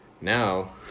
Now